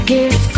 Give